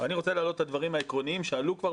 אני רוצה להעלות את הדברים העקרוניים שעלו כבר